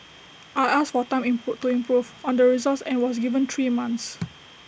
I asked for time improve to improve on the results and was given three months